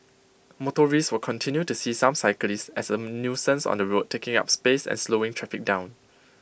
motorists will continue to see some cyclists as A nuisance on the road taking up space and slowing traffic down